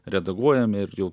redaguojame ir jau